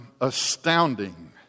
astounding